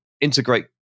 Integrate